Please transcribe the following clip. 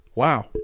wow